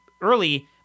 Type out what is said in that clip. early